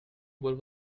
what